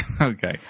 Okay